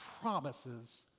promises